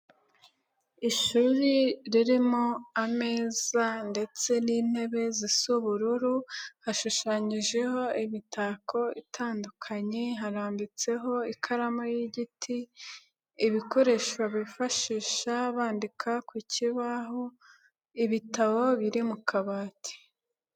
Ishuri ririmo ameza ndetse n'intebe zisa ubururu hashushanyijeho imitako itandukanye harambitseho ikaramu y'igiti, ibikoresho bifashisha bandika ku kibaho, ibitabo biri mu kabati.